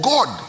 God